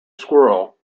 squirrel